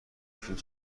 فیلم